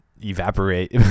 evaporate